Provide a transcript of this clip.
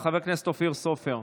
חבר הכנסת אופיר סופר,